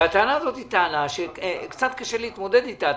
הטענה הזאת היא טענה שקצת קשה להתמודד אתה,